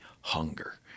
hunger